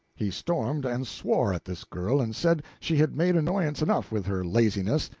he stormed and swore at this girl, and said she had made annoyance enough with her laziness,